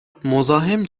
مزاحم